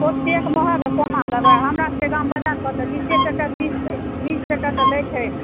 ओतेक महग कोना लेबै हमरा सबके गाम बजार दिस तऽ बीसे टके पचीस बीस टके तऽ दै छै